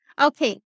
Okay